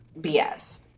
BS